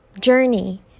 journey